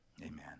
Amen